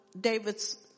David's